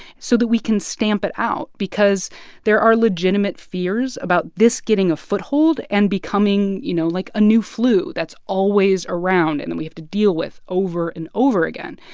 so that we can stamp it out because there are legitimate fears about this getting a foothold and becoming, you know, like a new flu that's always around and that we have to deal with over and over again.